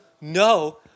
No